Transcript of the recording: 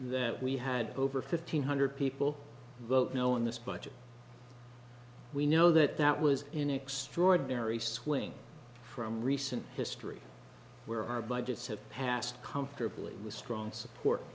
that we had over fifteen hundred people vote no in this budget we know that that was in extraordinary swing from recent history where our budgets have passed comfortably with strong support